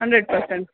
hundred percent